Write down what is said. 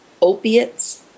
opiates